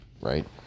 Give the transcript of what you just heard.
right